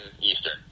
eastern